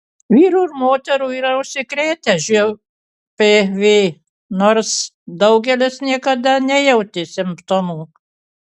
vyrų ir moterų yra užsikrėtę žpv nors daugelis niekada nejautė simptomų